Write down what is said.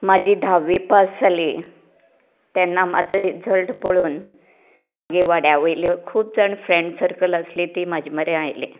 म्हाजी धाव्वी पास जाली तेन्ना म्हाजो रिजल्ट पळोवन म्हागे वाड्या वयल्यो खूब जाण फ्रेन्ड्स सर्कल आसली ती म्हाज्या म्हऱ्यांत आयली